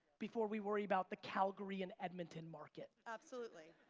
before we worry about the calgary and edmonton market. absolutely.